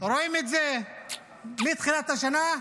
רואים את זה מתחילת השנה.